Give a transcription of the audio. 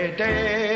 day